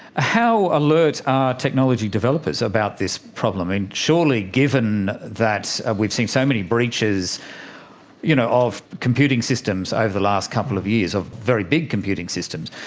how alert are technology developers about this problem? and surely given that we've seen so many breaches you know of computing systems over the last couple of years, very very big computing systems,